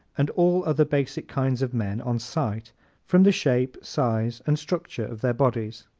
and all other basic kinds of men on sight from the shape, size and structure of their bodies.